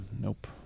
Nope